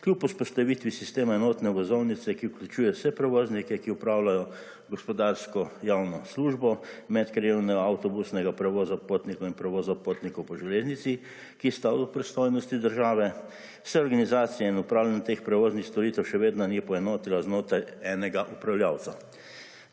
Kljub vzpostavitvi sistema enotne vozovnice, ki vključuje vse prevoznike, ki opravljajo gospodarsko javno službo medkrajevnega avtobusnega prevoza potnikov in prevoza potnikov po železnici, ki sta v pristojnosti države, se organizacija in upravljanje teh prevoznih storitev še vedno ni poenotila znotraj enega upravljavca.